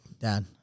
Dad